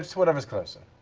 whatever's closer.